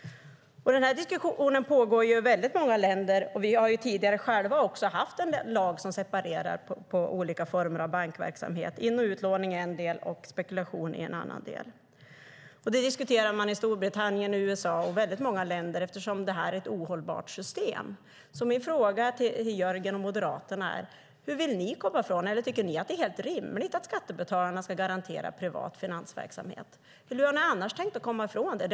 Den diskussionen pågår i många länder. Vi har tidigare själva haft en lag som separerar olika former av bankverksamhet, in och utlåning i en del och spekulation i en annan del. Det diskuterar man i Storbritannien, i USA och i väldigt många länder, eftersom det är ett ohållbart system. Min fråga till Jörgen och Moderaterna är: Hur vill ni komma ifrån detta? Eller tycker ni att det är rimligt att skattebetalarna ska garantera privat finansverksamhet? Hur har ni annars tänkt komma ifrån det?